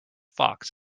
fox